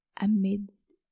amidst